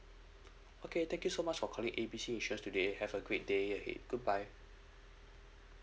okay thank you so much for calling A B C insurance today have a great day ahead goodbye